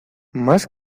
más